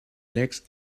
legs